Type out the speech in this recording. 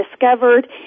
discovered